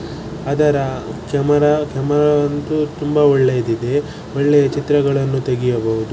ಅದರ ಕ್ಯಮರ ಕ್ಯಮರವಂತೂ ತುಂಬ ಒಳ್ಳೆಯದಿದೆ ಒಳ್ಳೆಯ ಚಿತ್ರಗಳನ್ನು ತೆಗೆಯಬಹುದು